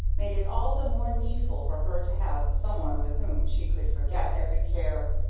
made it all the more needful for her to have some one with whom she could forget every care,